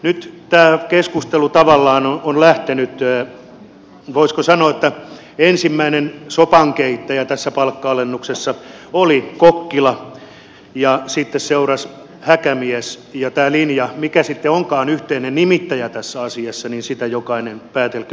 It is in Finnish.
nyt tässä keskustelussa tavallaan voisiko sanoa ensimmäisen sopankeittäjä tässä palkka alennuksessa oli kokkila ja sitten seurasi häkämies ja mikä sitten onkaan tämä linja yhteinen nimittäjä tässä asiassa sen jokainen päätelköön itse